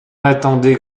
attendait